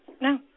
No